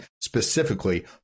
specifically